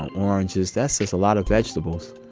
oranges. that's just a lot of vegetables.